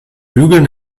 bügeln